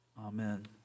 Amen